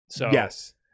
Yes